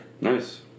Nice